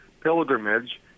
Pilgrimage